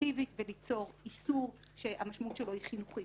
נורמטיבית וליצור איסור שהמשמעות שלו היא חינוכית.